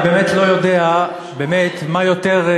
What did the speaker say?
אני באמת לא יודע מה יותר,